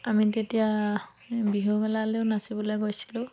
আমি তেতিয়া বিহু মেলালৈয়ো নাচিবলৈ গৈছিলোঁ